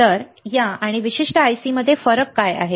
तर या आणि या विशिष्ट IC मध्ये काय फरक आहे